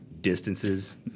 distances